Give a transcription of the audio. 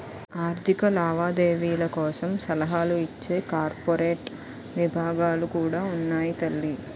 ఆర్థిక లావాదేవీల కోసం సలహాలు ఇచ్చే కార్పొరేట్ విభాగాలు కూడా ఉన్నాయి తల్లీ